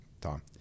Tom